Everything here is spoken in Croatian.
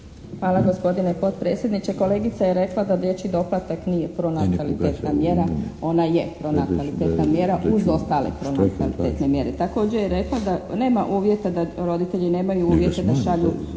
Hvala gospodine potpredsjedniče. Kolegica je rekla da dječji doplatak nije pronatalitetna mjera. Ona je pronatalitetna mjera uz ostale pronatalitetne mjere. Također je rekla da nema uvjeta da roditelji nemaju uvjeta da šalju